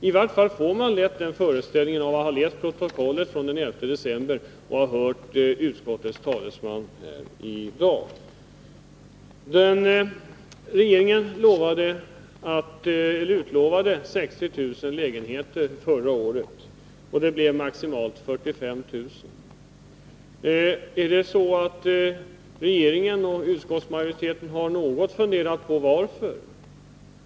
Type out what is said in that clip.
I vart fall får jag lätt den föreställningen efter att ha läst protokollet från debatten den 11 december och efter att ha hört utskottets talesman här i dag. Regeringen utlovade 60 000 lägenheter förra året, och det blev maximalt 45 000. Har regeringen och utskottsmajoriteten funderat något på varför det blev på detta sätt?